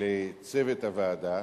לצוות הוועדה,